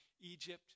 Egypt